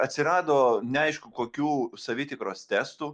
atsirado neaišku kokių savitikros testų